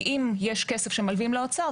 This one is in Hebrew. אם יש כסף שמלווים לאוצר,